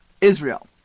Israel